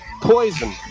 Poison